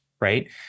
right